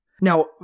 Now